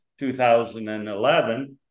2011